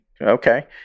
okay